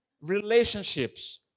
Relationships